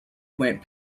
went